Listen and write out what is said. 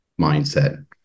mindset